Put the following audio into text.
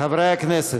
חברי הכנסת.